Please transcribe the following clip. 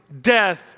death